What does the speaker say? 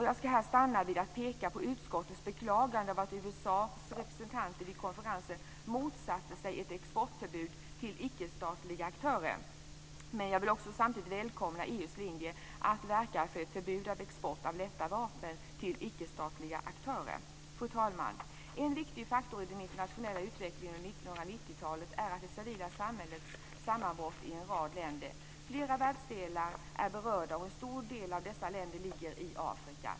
Jag vill bara peka på utskottets beklagande av att USA:s representanter vid konferensen motsatte sig ett exportförbud till ickestatliga aktörer. Samtidigt välkomnar jag EU:s linje att verka för ett förbud av export av lätta vapen till icke-statliga aktörer. Fru talman! En viktig faktor i den internationella utvecklingen under 1990-talet är det civila samhällets sammanbrott i en rad länder. Det berör flera världsdelar, och en stor del av dessa länder ligger i Afrika.